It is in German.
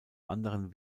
anderen